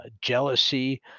jealousy